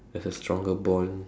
there's a stronger bond